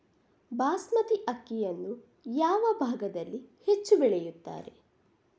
ಬಾಸ್ಮತಿ ಅಕ್ಕಿಯನ್ನು ಯಾವ ಭಾಗದಲ್ಲಿ ಹೆಚ್ಚು ಬೆಳೆಯುತ್ತಾರೆ?